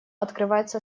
открывается